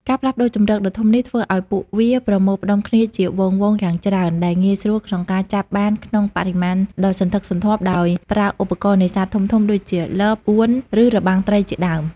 ការផ្លាស់ប្តូរជម្រកដ៏ធំនេះធ្វើឱ្យពួកវាប្រមូលផ្តុំគ្នាជាហ្វូងៗយ៉ាងច្រើន ដែលងាយស្រួលក្នុងការចាប់បានក្នុងបរិមាណដ៏សន្ធឹកសន្ធាប់ដោយប្រើឧបករណ៍នេសាទធំៗដូចជា លប អួន ឬរបាំងត្រីជាដើម។